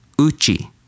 uchi